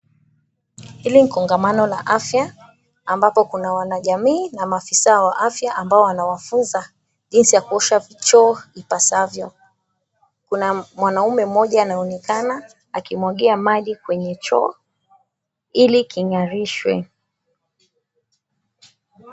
Hili ni kongamano la afya ambapo kuna wanajamii na maafisa ambao anawafunza jinsi ya kuosha choo ipasavyo. Kuna mwanaume mmoja anaonekana akimwagia maji kwenye choo ili king'arishwe.